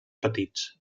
petits